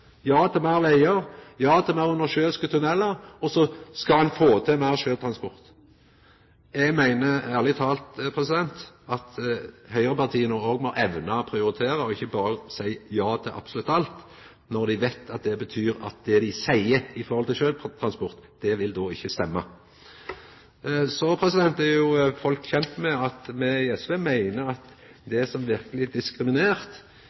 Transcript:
ja til meir vegar, ja til meir undersjøiske tunnelar, og så skal ein få til meir sjøtransport. Eg meiner ærleg talt at høgrepartia òg må evna å prioritera og ikkje berre seia ja til absolutt alt, når dei veit at det betyr at det dei seier med omsyn til sjøtransport, ikkje vil stemma. Så er jo folk kjende med at me i SV meiner at